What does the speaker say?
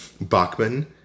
Bachman